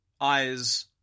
eyes